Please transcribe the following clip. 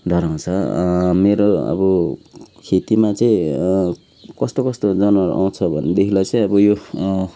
डराँउछ मेरो अब खेतीमा चाहिँ कस्तो कस्तो जनावरहरू आउँछ भनेदेखिलाई चाहिँ अब यो